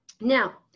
Now